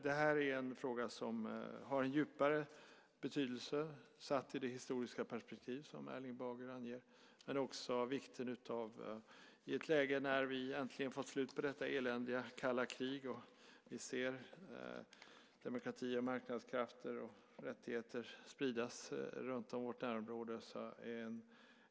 Det här är en fråga som har en djupare betydelse sett i det historiska perspektiv som Erling Bager anger, men den är också av vikt i ett läge när vi äntligen fått slut på detta eländiga kalla krig och vi ser demokrati och marknadskrafter och rättigheter spridas runtom i vårt närområde.